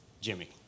Jimmy